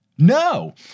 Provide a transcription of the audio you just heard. no